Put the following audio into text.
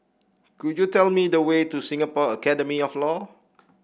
could you tell me the way to Singapore Academy of Law